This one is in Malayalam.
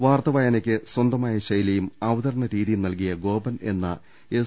വാർത്ത വായനക്ക് സ്വന്തമായ ശൈലിയും അവതരണ രീതിയും നൽകിയ ഗോപൻ എന്ന എസ്